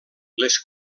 les